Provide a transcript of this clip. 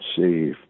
save